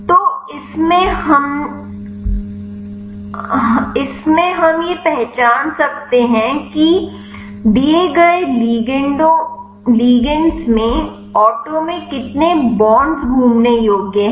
तो इसमें हम यह पहचान सकते हैं कि दिए गए लिगंड में ऑटो में कितने बॉन्ड्स घूमने योग्य हैं